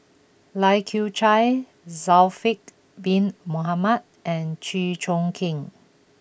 Lai Kew Chai Zulkifli Bin Mohamed and Chew Choo Keng